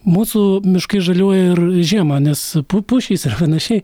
mūsų miškai žaliuoja ir žiemą nes pu pušys ir panašiai